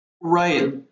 Right